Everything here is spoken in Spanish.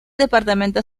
departamento